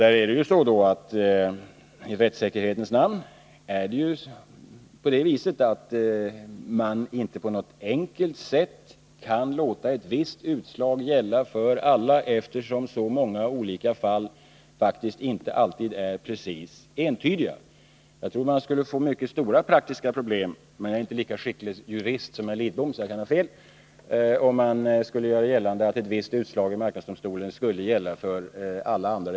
I rättssäkerhetens namn kan man inte på något enkelt sätt låta ett visst utslag gälla för alla, eftersom så många olika fall faktiskt inte alltid är helt entydiga. Jag tror att det skulle uppstå mycket stora praktiska problem — men jag är inte lika skicklig jurist som herr Lidbom, så jag kan ha fel — om man skulle göra gällande att ett utslag i marknadsdomstolen i ett visst ärende skulle gälla för alla andra.